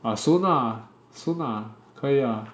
ah soon lah soon lah 可以 lah